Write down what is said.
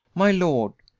my lord,